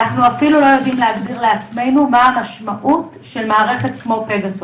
אנחנו אפילו לא יודעים להגדיר לעצמנו מה המשמעות של מערכת כמו פגסוס.